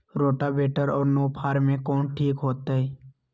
Rotavator और नौ फ़ार में कौन ठीक होतै?